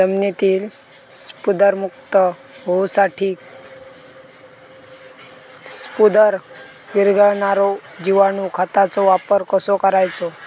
जमिनीतील स्फुदरमुक्त होऊसाठीक स्फुदर वीरघळनारो जिवाणू खताचो वापर कसो करायचो?